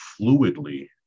fluidly